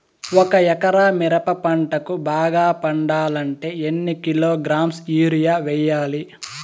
ఒక ఎకరా మిరప పంటకు బాగా పండాలంటే ఎన్ని కిలోగ్రామ్స్ యూరియ వెయ్యాలి?